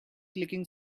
clicking